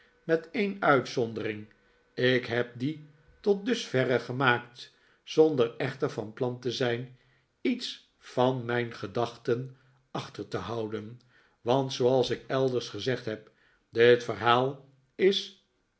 met een uitzondering ik heb die tot dusverre gemaakt zonder echter van plan te zijn iets van mijn gedachten achter te houden want zooals ik elders gezegd heb dit yerhaal is